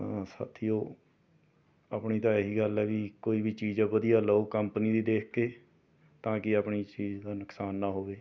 ਸਾਥੀਓ ਆਪਣੀ ਤਾਂ ਇਹੀ ਗੱਲ ਆ ਵੀ ਕੋਈ ਵੀ ਚੀਜ਼ ਆ ਵਧੀਆ ਲਓ ਕੰਪਨੀ ਦੀ ਦੇਖ ਕੇ ਤਾਂ ਕਿ ਆਪਣੀ ਚੀਜ਼ ਦਾ ਨੁਕਸਾਨ ਨਾ ਹੋਵੇ